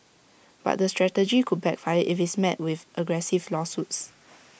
but the strategy could backfire if IT is met with aggressive lawsuits